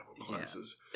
classes